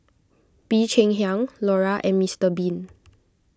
Bee Cheng Hiang Iora and Mister Bean